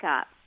up